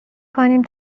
کنیم